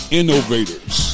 innovators